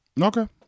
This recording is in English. Okay